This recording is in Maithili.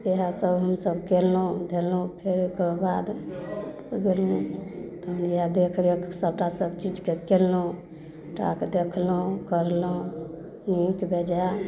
वएह सब हमसब कयलहुँ धेलहुँ फेर ओकर बाद बेरमे तहन इएह देख रेख सबटा सबटा सब चीजके केलहुँ सबटाके देखलहुँ करलहुँ नीक बेजाय